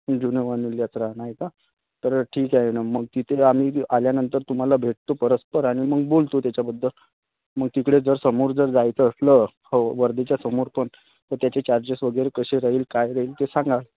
नाही का तर ठीक आहे न मग तिथे आम्ही आल्यानंतर तुम्हाला भेटतो परस्पर आणि ग बोलतो त्याच्याबद्दल मग तिकडे जर समोर जर जायचं असलं हो वर्धेच्या समोर पण तर त्याचे चार्जेस वगैरे कसे राहील काय राहील ते सांगा